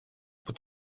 που